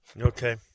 Okay